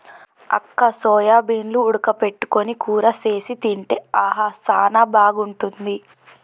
అక్క సోయాబీన్లు ఉడక పెట్టుకొని కూర సేసి తింటే ఆహా సానా బాగుంటుంది